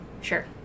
Sure